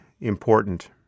important